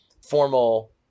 formal